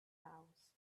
house